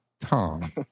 Tom